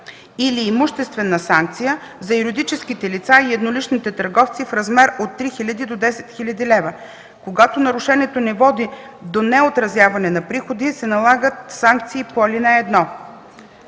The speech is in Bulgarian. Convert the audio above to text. или имуществена санкция – за юридическите лица и едноличните търговци, в размер от 3000 до 10 000 лв. Когато нарушението не води до неотразяване на приходи, се налагат санкциите по ал.